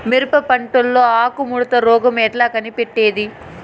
మిరప పంటలో ఆకు ముడత రోగం ఎట్లా కనిపెట్టేది?